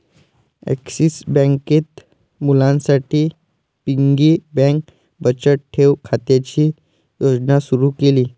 axis बँकेत मुलांसाठी piggy bank बचत ठेव खात्याची योजना सुरू केली